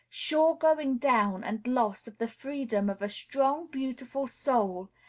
sure going down and loss of the freedom of a strong, beautiful soul,